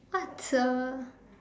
what the